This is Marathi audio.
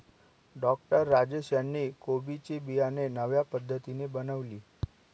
डॉक्टर राजेश यांनी कोबी ची बियाणे नव्या पद्धतीने बनवली